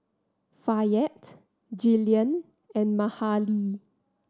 Fayette Jillian and Mahalie